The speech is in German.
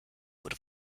wurde